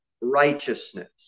righteousness